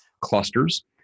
clusters